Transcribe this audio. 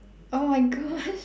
oh my gosh